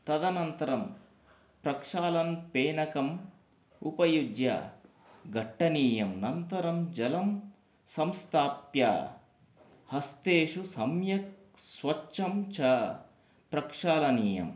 तदनन्तरं प्रक्षालनपेनकम् उपयुज्य गट्टनीयम् अनन्तरं जलं संस्थाप्य हस्तेषु सम्यक् स्वच्छं च प्रक्षालनीयम्